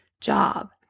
job